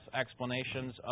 explanations